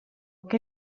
che